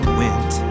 went